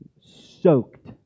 soaked